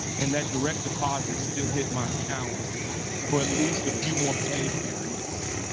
and that direct deposit still hit my account for at least a few more pay periods.